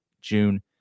June